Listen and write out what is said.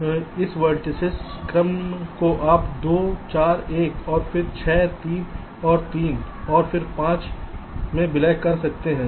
तो इस वेर्तिसेस क्रम को आप 2 4 1 फिर 6 3 फिर 3 और फिर 5 में विलय कर रहे हैं